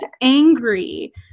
angry